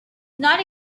not